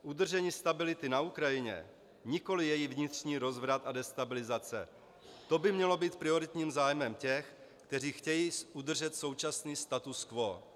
Udržení stability na Ukrajině, nikoli její vnitřní rozvrat a destabilizace, to by mělo být prioritním zájmem těch, kteří chtějí udržet současný status quo.